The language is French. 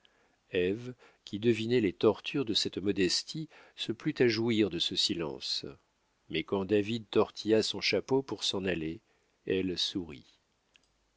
qui devinait les tortures de cette modestie se plut à jouir de ce silence mais quand david tortilla son chapeau pour s'en aller elle sourit